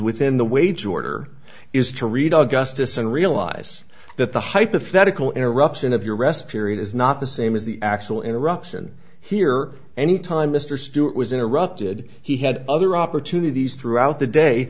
within the wage order is to read augustus and realize that the hypothetical eruption of your arrest period is not the same as the actual interruption here any time mr stewart was interrupted he had other opportunities throughout the day